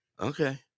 Okay